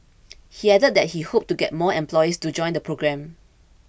he added that he hoped to get more employees to join the programme